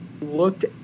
looked